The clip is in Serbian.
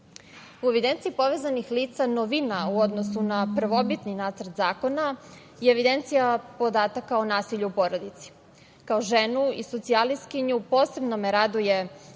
evidenciji povezanih lica novina u odnosu na prvobitni nacrt zakona je evidencija podataka o nasilju u porodici. Kao ženu i socijalistkinju posebno me raduje